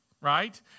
right